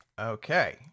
Okay